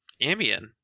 Ambien